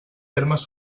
termes